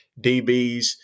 DBs